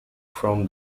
from